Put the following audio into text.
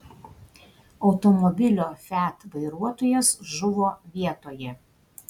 automobilio fiat vairuotojas žuvo vietoje